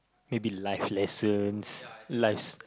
maybe life lessons life